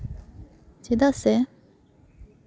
ᱪᱮᱫᱟᱜ ᱥᱮ